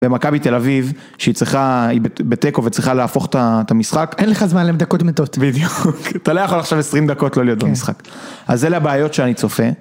במכבי תל אביב, שהיא צריכה, היא בתיקו וצריכה להפוך את המשחק. אין לך זמן ל..., דקות מתות. בדיוק, אתה לא יכול עכשיו עשרים דקות לא להיות במשחק. אז אלה הבעיות שאני צופה.